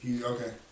Okay